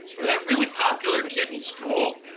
or that really popular kid in school,